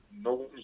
No